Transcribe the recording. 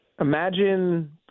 Imagine